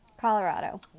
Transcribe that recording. Colorado